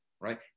right